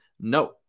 No